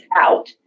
out